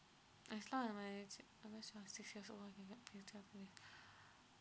as long as my six years old I can get paid child leave